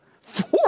four